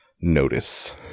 notice